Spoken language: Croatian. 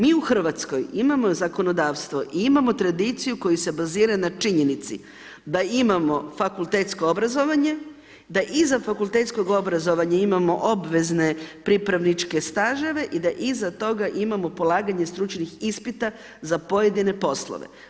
Mi u Hrvatskoj imamo zakonodavstvo i imamo tradiciju koju se bazira na činjenici da imamo fakultetsko obrazovanje da izvan fakultetskom obrazovanja imamo obvezne pripravničke staževe i da iza toga imamo polaganje stručnih ispita za pojedine poslove.